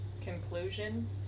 conclusion